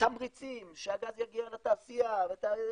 תמריצים שהגז יגיע לתעשייה ו- ו-,